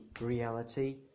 reality